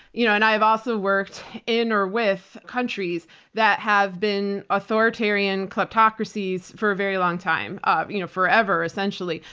you know and have also worked in or with countries that have been authoritarian kleptocracies for a very long time, ah you know forever essentially,